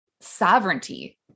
sovereignty